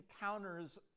encounters